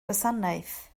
gwasanaeth